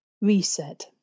Reset